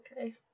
okay